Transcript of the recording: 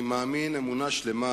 אני מאמין באמונה שלמה